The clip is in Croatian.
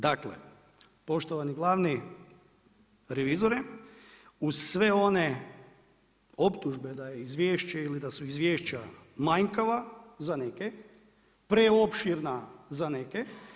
Dakle, poštovani glavni revizore, uz sve one optužbe da je izvješće ili da su izvješća manjkava za neke, preopširna za neke.